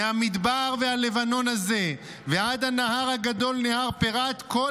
מהמדבר והלבנון הזה ועד הנהר הגדול נהר פרת כל